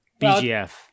BGF